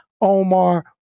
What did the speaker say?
Omar